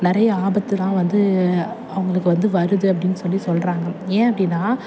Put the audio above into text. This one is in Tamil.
நிறைய ஆபத்துலாம் வந்து அவங்களுக்கு வந்து வருது அப்படின்னு சொல்லி சொல்கிறாங்க ஏன் அப்படின்னா